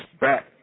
back